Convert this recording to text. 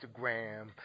Instagram